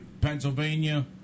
Pennsylvania